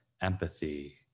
empathy